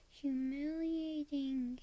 humiliating